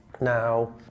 Now